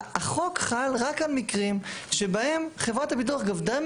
החוק חל רק על מקרים שבהם חברת הביטוח גבתה